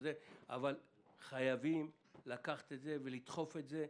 אבל חייבים לדחוף את זה.